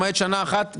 למעט שנה אחת,